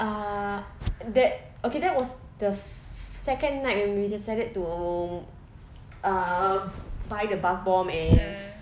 uh that okay that was the second night when we decided to um buy the bath bombs and